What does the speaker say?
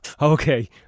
Okay